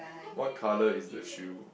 what colour is the shoe